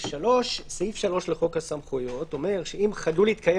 סעיף 3 לחוק הסמכויות אומר שאם חדלו להתקיים